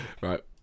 Right